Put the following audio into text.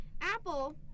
Apple